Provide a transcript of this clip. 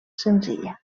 senzilla